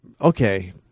okay